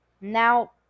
Now